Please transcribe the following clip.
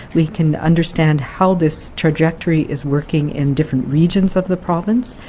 we can understand how this trajectory is working in different regions of the province.